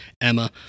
Emma